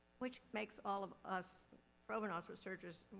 which makes all of us provenance researchers,